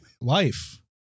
Life